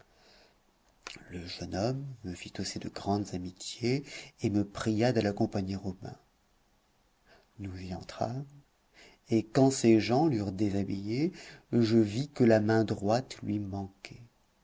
le jeune homme me fit aussi de grandes amitiés et me pria de l'accompagner au bain nous y entrâmes et quand ses gens l'eurent déshabillé je vis que la main droite lui manquait